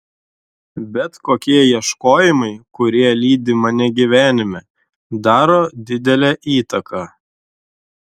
bet kokie ieškojimai kurie lydi mane gyvenime daro didelę įtaką